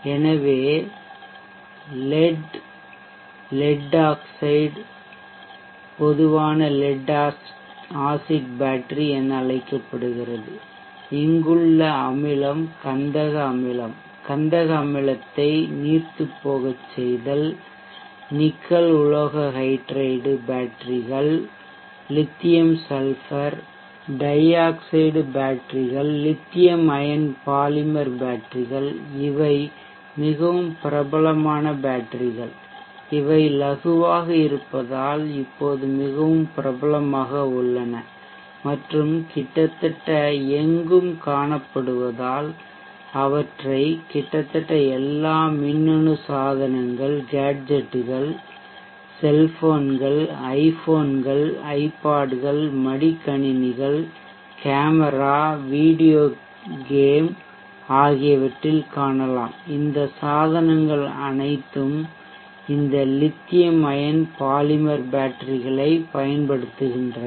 எனவே ஈயம்லெட் ஈயம்லெட் ஆக்சைடு பொதுவாக லெட் ஆசிட் பேட்டரி என அழைக்கப்படுகிறது இங்குள்ள அமிலம் கந்தக அமிலம் கந்தக அமிலத்தை நீர்த்துப்போகச் செய்தல் நிக்கல் உலோக ஹைட்ரைடு பேட்டரிகள் லித்தியம் சல்பர் டை ஆக்சைடு பேட்டரிகள் லித்தியம் அயன் பாலிமர் பேட்டரிகள் இவை மிகவும் பிரபலமான பேட்டரிகள் இவை இலகுவாக இருப்பதால் இப்போது மிகவும் பிரபலமாக உள்ளன மற்றும் கிட்டத்தட்ட எங்கும் காணப்படுவதால் அவற்றை கிட்டத்தட்ட எல்லா மின்னணு சாதனங்கள் கேட்ஜெட்டுகள் செல்போன்கள் ஐபோன்கள் ஐபாட்கள் மடிக்கணினிகள் கேமரா வீடியோ கேம் ஆகியவற்றில் காணலாம் இந்த சாதனங்கள் அனைத்தும் இந்த லித்தியம் அயன் பாலிமர் பேட்டரிகளைப் பயன்படுத்துகின்றன